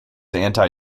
anti